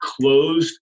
closed